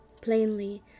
plainly